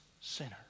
sinner